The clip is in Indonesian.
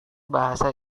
bahasa